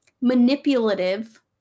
manipulative